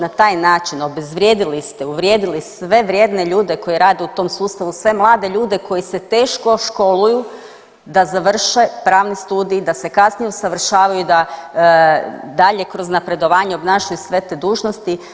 Na taj način obezvrijedili ste, uvrijedili sve vrijedne ljude koji rade u tom sustavu, sve mlade ljude koji se teško školuju da završe pravni studij, da se kasnije usavršavaju i da dalje kroz napredovanje obnašaju sve te dužnosti.